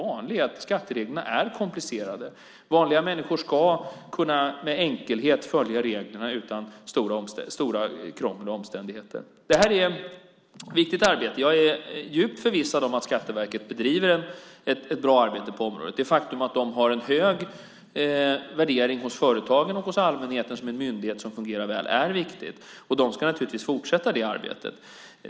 Komplicerade skatteregler är en vanlig orsak. Vanliga människor ska med enkelhet kunna följa reglerna utan stort krångel och omständligheter. Detta är ett viktigt arbete. Jag är djupt förvissad om att Skatteverket bedriver ett bra arbete på området. Det faktum att de har en hög värdering hos företag och hos allmänheten som en myndighet som fungerar väl är viktigt. De ska naturligtvis fortsätta det arbetet.